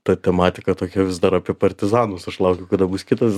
ta tematika tokia vis dar apie partizanus aš laukiau kada bus kitas